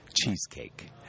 Cheesecake